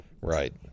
Right